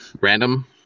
random